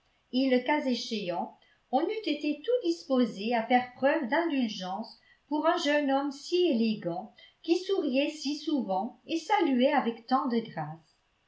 et le cas échéant on eût été tout disposé à faire preuve d'indulgence pour un jeune homme si élégant qui souriait si souvent et saluait avec tant de grâce